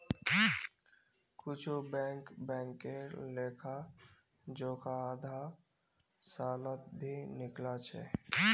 कुछु बैंक बैंकेर लेखा जोखा आधा सालत भी निकला छ